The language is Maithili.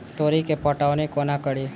तोरी केँ पटौनी कोना कड़ी?